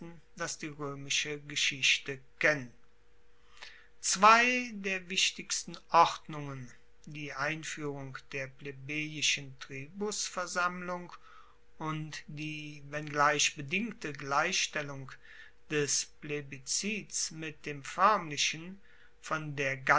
das die roemische geschichte kennt zwei der wichtigsten ordnungen die einfuehrung der plebejischen tribusversammlung und die wenngleich bedingte gleichstellung des plebiszits mit dem foermlichen von der